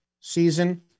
season